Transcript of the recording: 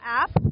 app